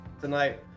tonight